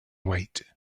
wait